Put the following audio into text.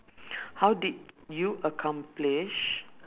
how did you accomplish